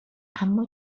اما